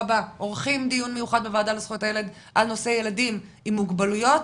אנחנו נקיים דיון מיוחד בוועדה לזכויות הילד על נושא ילדים עם מוגבלויות